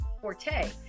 forte